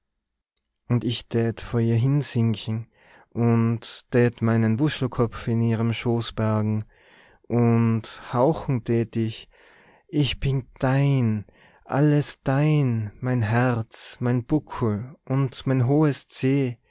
und ich tät vor ihr hinsinken und tät meinen wuschelkopf in ihrem schoß bergen und hauchen tät ich ich bin dein alles ist dein mein herz und mein buckel und mein hohes c